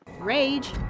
Rage